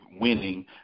winning